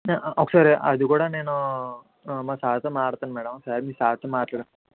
అంటే ఒకసారి అది కూడా నేను మా సార్తో మాట్లాడుతాను మ్యాడం ఒకసారి మీరు సార్తో మాట్లాడండి